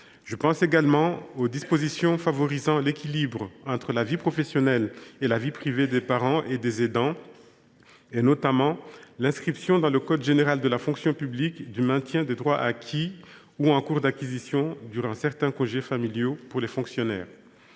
Citons également les dispositions favorisant l’équilibre entre la vie professionnelle et la vie privée des parents et des aidants, notamment l’inscription dans le code général de la fonction publique (CGFP) du maintien des droits acquis ou en cours d’acquisition durant certains congés familiaux pour les fonctionnaires.